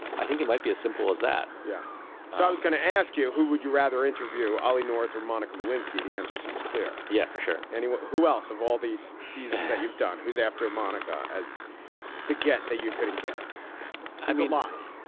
i think he might be as simple as that. yeah so i was going to ask you, who would you rather interview ollie north or monica lewinsky? the answer seems clear. yeah, for sure. anyway, who else of all the seasons you've done? who's after monica? as the get that you couldn't get i'm alive.